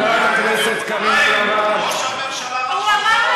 חברת הכנסת קארין אלהרר, חברי